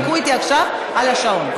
אל תתווכחו אתי עכשיו על השעון.